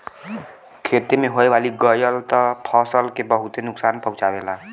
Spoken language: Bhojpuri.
खेते में होई गयल त फसल के बहुते नुकसान पहुंचावेला